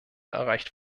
erreicht